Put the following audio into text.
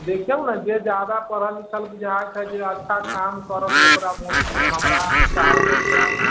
देखियौ ना जे ज्यादा पढ़ल लिखल बुझाए जे अच्छा काम करत ओकरा भोट दियौ हमरा अनुसार जे